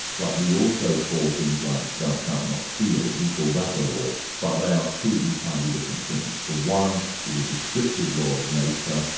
but we also call things like, thou shalt not steal, we call that a law, but they are two entirely different things. the one is a descriptive law of nature,